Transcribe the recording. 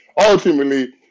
ultimately